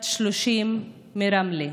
בת 30, רמלה,